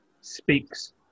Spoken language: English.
speaks